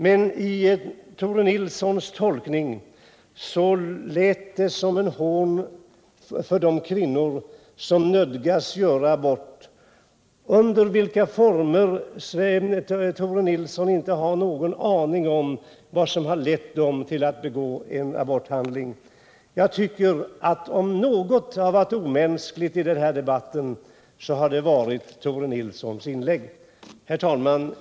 Men i Tore Nilssons tolkning lät det som ett hån för de kvinnor som nödgas göra abort — under former som Tore Nilsson inte har någon aning om, och han vet inte heller vad som har lett dessa kvinnor till att begå en aborthandling. Jag tycker att om något har varit omänskligt i denna debatt så har det varit Tore Nilssons inlägg. Herr talman!